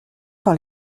par